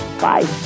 Bye